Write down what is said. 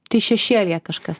tai šešėlyje kažkas